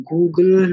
Google